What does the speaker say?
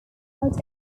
allowed